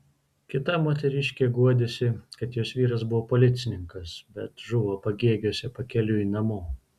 kita moteriškė guodėsi kad jos vyras buvo policininkas bet žuvo pagėgiuose pakeliui namo